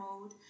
mode